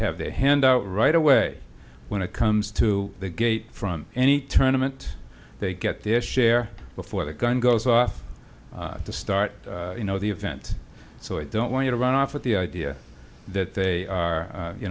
have their hand out right away when it comes to the gate front any tournaments they get their share before the gun goes off to start you know the event so i don't want to run off with the idea that they are